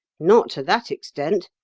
not to that extent,